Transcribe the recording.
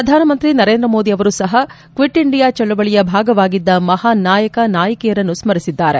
ಪ್ರಧಾನಮಂತ್ರಿ ನರೇಂದ್ರ ಮೋದಿ ಅವರೂ ಸಹ ಕ್ವಿಟ್ ಇಂಡಿಯಾ ಚಳವಳಿಯ ಭಾಗವಾಗಿದ್ದ ಮಹಾನ್ ನಾಯಕ ನಾಯಕಿಯರನ್ನು ಸ್ಮರಿಸಿದ್ದಾರೆ